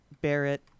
Barrett